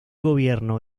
gobierno